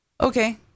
Okay